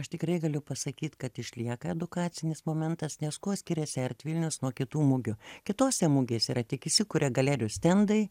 aš tikrai galiu pasakyt kad išlieka edukacinis momentas nes kuo skiriasi artvilnius nuo kitų mugių kitose mugėse yra tik įsikuria galerijų stendai